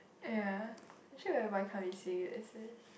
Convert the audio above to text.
ya actually why why can't we see it as a